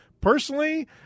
Personally